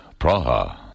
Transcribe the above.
Praha